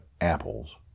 apples